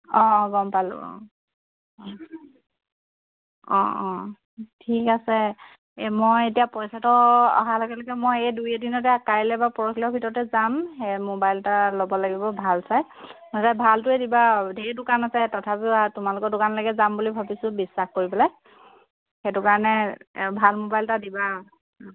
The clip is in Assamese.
অঁ অঁ গম পালোঁ অঁ অঁ অঁ ঠিক আছে এই মই এতিয়া পইচাটো অহা লগে লগে মই এই দুই এদিনতে আ কাইলে বা পৰহিলেৰ ভিতৰতে যাম সেই মোবাইল এটা ল'ব লাগিব ভাল চাই নহলে ভালটোকে দিবা ধেৰ দোকান আছে তথাপিও তোমালোকৰ দোকানলৈকে যাম বুলি ভাবিছোঁ বিশ্বাস কৰি পেলাই সেইটো কাৰণে ভাল মোবাইল এটা দিবা